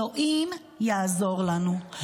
אלוהים יעזור לנו.